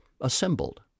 assembled